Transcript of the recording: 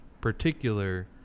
particular